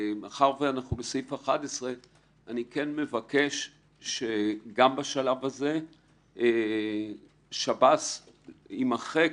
מאחר שאנחנו בסעיף 11 אני מבקש שגם בשלב הזה שב"ס יימחק